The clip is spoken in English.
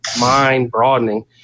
mind-broadening